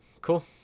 Cool